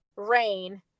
rain